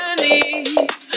knees